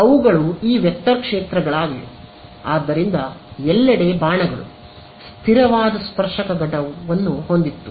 ಅವುಗಳು ಈ ವೆಕ್ಟರ್ ಕ್ಷೇತ್ರಗಳಾಗಿವೆ ವೆಕ್ಟರ್ ಕ್ಷೇತ್ರಗ ಸ್ಥಿರವಾದ ಸ್ಪರ್ಶಕ ಘಟಕವನ್ನು ಹೊಂದಿತ್ತು